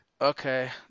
Okay